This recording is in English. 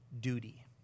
duty